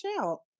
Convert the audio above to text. out